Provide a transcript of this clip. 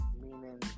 meaning